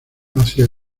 hacia